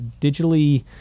digitally